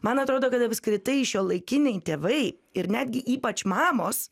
man atrodo kad apskritai šiuolaikiniai tėvai ir netgi ypač mamos